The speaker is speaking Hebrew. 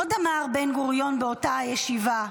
עוד אמר בן-גוריון באותה ישיבה: